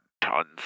tons